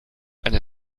eine